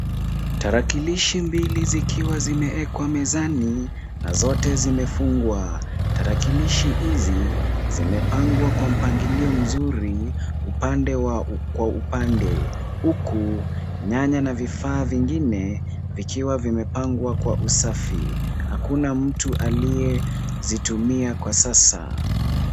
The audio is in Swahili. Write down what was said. Tarakilishi mbili zikiwa zimewekwa mezani na zote zimefungwa. Tarakilishi hizi zimepangwa kwa mpangilio mzuri upande kwa upande huku panya na vifaa vingine vikiwa vimepangwa kwa usafi. Hakuna mtu aliyezitumia kwa sasa.